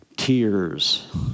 Tears